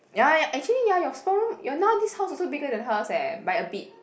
ya actually ya your storeroom your now this house also bigger than hers eh by a bit